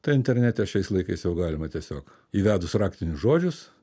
tai internete šiais laikais jau galima tiesiog įvedus raktinius žodžius